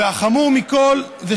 והחמור מכל זה,